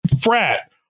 Frat